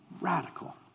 Radical